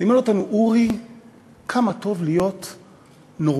לימד אותנו אורי כמה טוב להיות נורמלי.